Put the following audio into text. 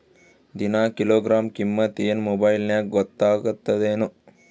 ದಿನಾ ಕಿಲೋಗ್ರಾಂ ಕಿಮ್ಮತ್ ಏನ್ ಮೊಬೈಲ್ ನ್ಯಾಗ ಗೊತ್ತಾಗತ್ತದೇನು?